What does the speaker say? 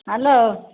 hello